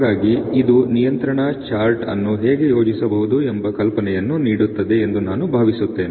ಹಾಗಾಗಿ ಇದು ನಿಯಂತ್ರಣ ಚಾರ್ಟ್ ಅನ್ನು ಹೇಗೆ ಯೋಜಿಸಬಹುದು ಎಂಬ ಕಲ್ಪನೆಯನ್ನು ನೀಡುತ್ತದೆ ಎಂದು ನಾನು ಭಾವಿಸುತ್ತೇನೆ